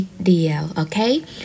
Okay